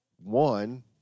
One